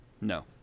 No